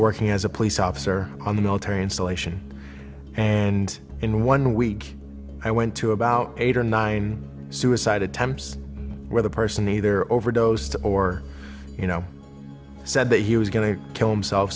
working as a police officer on the military installation and in one week i went to about eight or nine suicide attempts where the person either overdosed or you know said that he was going to kill himsel